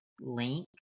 link